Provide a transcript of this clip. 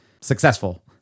successful